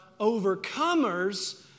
overcomers